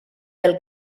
del